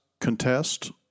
contest